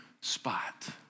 spot